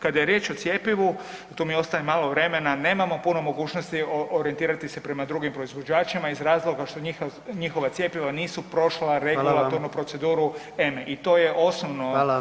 Kada je riječ o cjepivu, tu mi ostaje malo vremena, nemamo puno mogućnosti orijentirati se prema drugim proizvođačima iz razloga što njihova cjepiva nisu prošla [[Upadica: Hvala vam]] regulatornu proceduru EMA-e i to osnovno